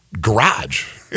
garage